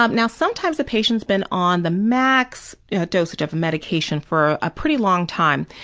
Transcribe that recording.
um now, sometimes the patient has been on the max dosage of medication for a pretty long time,